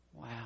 Wow